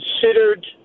considered